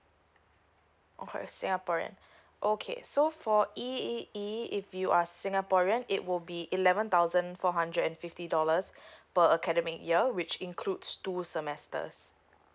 okay singaporean okay so for E_E_E if you are singaporean it will be eleven thousand four hundred and fifty dollars per academic year which includes two semesters